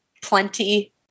plenty